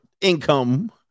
income